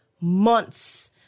months